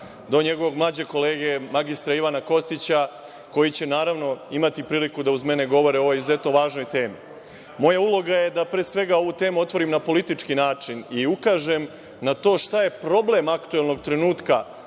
do njegovog mlađeg kolege mr Ivana Kostića, koji će, naravno, imati priliku da, uz mene, govori o ovoj izuzetno važnoj temi. Moja uloga je, da pre svega, otvorim ovu temu na politički način i ukažem na to šta je problem aktuelnog trenutka